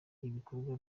ibikorwa